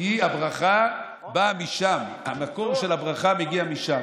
כי הברכה באה משם, המקור של הברכה מגיע משם.